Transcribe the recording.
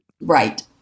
Right